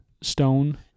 stone